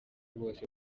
bose